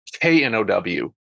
K-N-O-W